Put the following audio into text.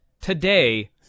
today